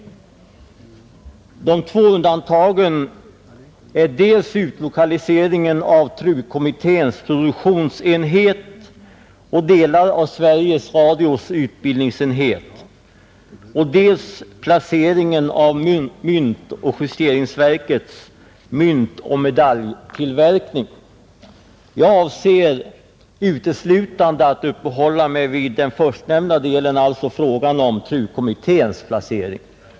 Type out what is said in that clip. De två undantagen är dels utlokaliseringen av TRU-kommitténs produktionsenhet och delar av Sveriges Radios utbildningsenhet, dels placeringen av myntoch justeringsverkets myntoch medaljtillverkning. Jag avser att uteslutande uppehålla mig vid den första delen, alltså frågan om TRU-kommitténs placering.